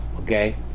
okay